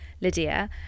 Lydia